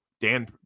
Dan